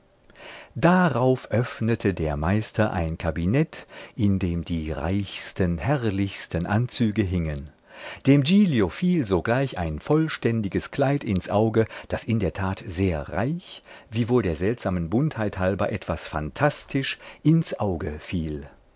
darauf öffnete der meister ein kabinett in dem die reichsten herrlichsten anzüge hingen dem giglio fiel sogleich ein vollständiges kleid ins auge das in der tat sehr reich wiewohl der seltsamen buntheit halber etwas phantastisch ins auge fiel